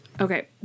Okay